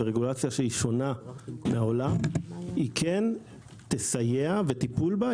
ורגולציה שהיא שונה מהעולם והטיפול בה,